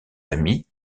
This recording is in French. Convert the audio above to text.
ami